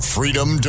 Freedom